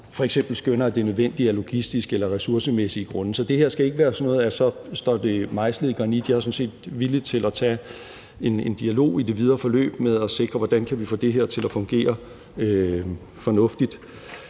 f.eks. skønner, at det er nødvendigt af logistiske eller ressourcemæssige grunde. Så det skal ikke være sådan, at så står det mejslet i granit. Jeg er sådan set villig til at tage en dialog i det videre forløb med at sikre, hvordan vi kan få det her til at fungere fornuftigt.